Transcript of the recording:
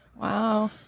wow